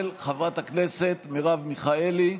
של חברת הכנסת מרב מיכאלי.